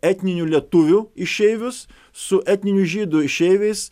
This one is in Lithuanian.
etninių lietuvių išeivius su etninių žydų išeiviais